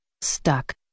Stuck